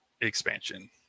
expansion